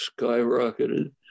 skyrocketed